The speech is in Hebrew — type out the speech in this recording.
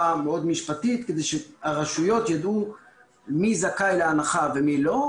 משפטית כדי שהרשויות ידעו מי זכאי להנחה ומי לא,